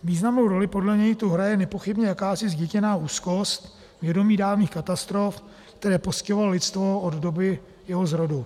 Významnou roli podle něj tu hraje nepochybně jakási zděděná úzkost, vědomí dávných katastrof, které postihovaly lidstvo od doby jeho zrodu.